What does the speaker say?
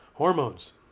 Hormones